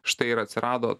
štai ir atsirado